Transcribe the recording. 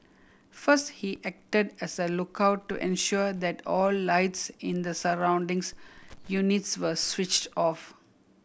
first he acted as a lookout to ensure that all lights in the surroundings units were switched off